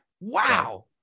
wow